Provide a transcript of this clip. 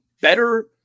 better